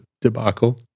debacle